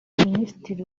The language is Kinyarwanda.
minisitiri